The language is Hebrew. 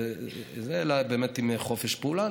אלא באמת עם חופש פעולה.